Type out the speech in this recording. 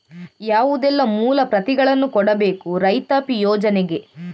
ಯಾವುದೆಲ್ಲ ಮೂಲ ಪ್ರತಿಗಳನ್ನು ಕೊಡಬೇಕು ರೈತಾಪಿ ಯೋಜನೆಗೆ?